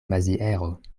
maziero